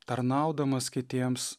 tarnaudamas kitiems